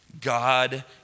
God